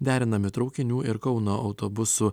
derinami traukinių ir kauno autobusų